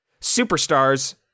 Superstars